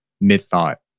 mid-thought